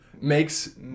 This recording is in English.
makes